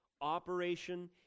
operation